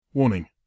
Warning